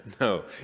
no